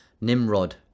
Nimrod